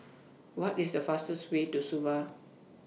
What IS The fastest Way to Suva